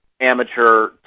amateur